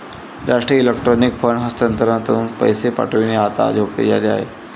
राष्ट्रीय electronic fund हस्तांतरणातून पैसे पाठविणे आता सोपे झाले आहे